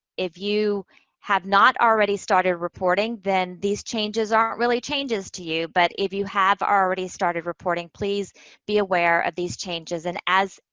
if you have not already started reporting, then these changes aren't really changes to you. but if you have already started reporting, please be aware of these changes. and as,